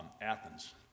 Athens